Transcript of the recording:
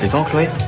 hopefully